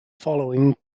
following